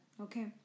okay